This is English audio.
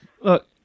Look